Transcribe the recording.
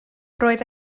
oedd